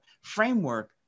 framework